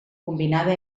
combinada